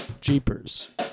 Jeepers